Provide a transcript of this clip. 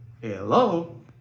Hello